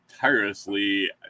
tirelessly